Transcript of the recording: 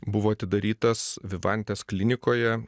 buvo atidarytas vivantės klinikoje